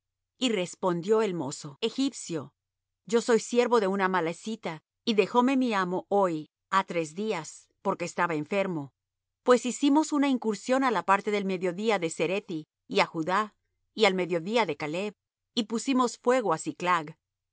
y respondió el mozo egipcio yo soy siervo de un amalecita y dejóme mi amo hoy ha tres días porque estaba enfermo pues hicimos una incursión á la parte del mediodía de cerethi y á judá y al mediodía de caleb y pusimos fuego á siclag y